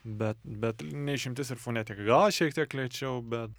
bet bet ne išimtis ir fonetika gal šiek tiek lėčiau bet